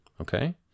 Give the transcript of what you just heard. Okay